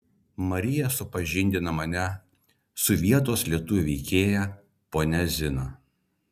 marija supažindina mane su vietos lietuvių veikėja ponia zina